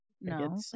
No